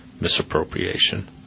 misappropriation